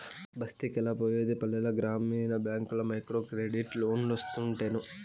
బస్తికెలా పోయేది పల్లెల గ్రామీణ బ్యాంకుల్ల మైక్రోక్రెడిట్ లోన్లోస్తుంటేను